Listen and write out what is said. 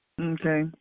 Okay